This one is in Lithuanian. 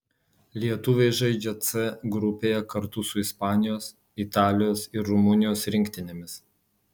lietuviai žaidžia c grupėje kartu su ispanijos italijos ir rumunijos rinktinėmis